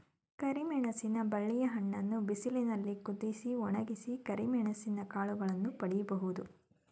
ಕರಿಮೆಣಸಿನ ಬಳ್ಳಿಯ ಹಣ್ಣನ್ನು ಬಿಸಿಲಿನಲ್ಲಿ ಕುದಿಸಿ, ಒಣಗಿಸಿ ಕರಿಮೆಣಸಿನ ಕಾಳುಗಳನ್ನು ಪಡಿಬೋದು